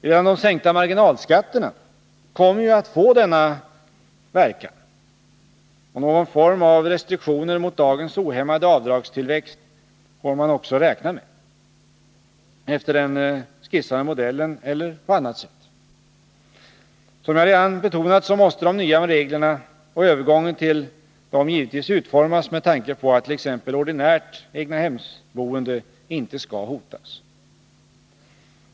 Redan de sänkta marginalskatterna kommer att få denna verkan, och någon form av restriktioner mot dagens ohämmade avdragstillväxt får man också räkna med, efter den skissade modellen eller på annat sätt. Som jag redan betonat måste de nya reglerna och övergången till dem givetvis utformas med tanke på att t.ex. ordinärt egnahemsboende inte skall hotas.